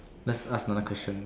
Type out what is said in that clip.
let's ask another question